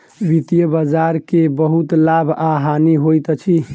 वित्तीय बजार के बहुत लाभ आ हानि होइत अछि